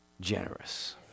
generous